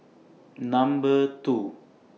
Number two